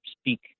speak